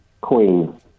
queen